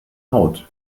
haut